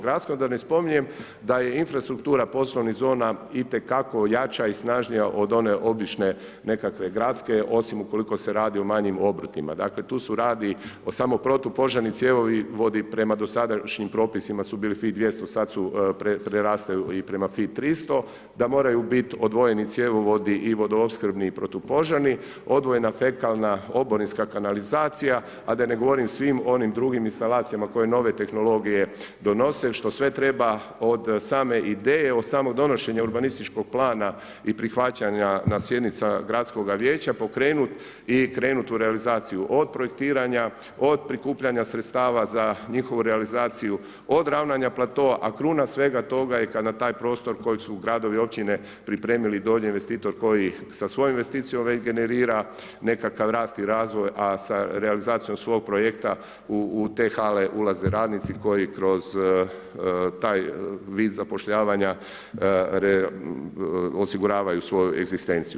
Gradskom da ne spominjem da je infrastruktura poslovnih zona itekako jača i snažnija od one obične nekakve gradske, osim ukoliko se radi o manjim obrtima, dakle tu su samo protupožarni cjevovi vodi prema dosadašnjim propisima su bili fi 200, sad su prerasle i prema fi 300, da moraju biti odvojeni cjevovodi, i vodoopskrbni i protupožarni, odvojena fekalna oborinska kanalizacija, a da ne govorim o svim onim drugim instalacijama koje nove tehnologije donose, što sve treba od same ideje, od samog donošenja urbanističkog plana i prihvaćanja na sjednica Gradskoga vijeća pokrenut i krenut u realizaciju od projektiranja, od prikupljanja sredstava za njihovu realizaciju, od ravnanja platoa, a kruna svega toga je kada taj prostor kojeg su ugradile općine pripremili, dođe investitor koji sa svojom investicijom regenerira nekakav rast i razvoj, a sa realizacijom svog projekta u te hale ulaze radnici koji kroz taj vid zapošljavanja osiguravaju svoju egzistenciju.